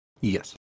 Yes